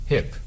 Hip